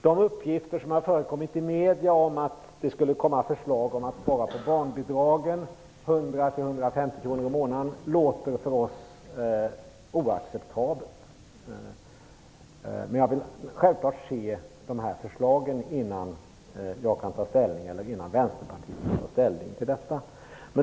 De uppgifter som har förekommit i medierna om förslag att spara 150-150 kr i månaden på barnbidragen låter för oss oacceptabelt. Men vi vill självfallet se förslagen innan vi i Vänsterpartiet tar ställning till detta.